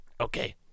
Okay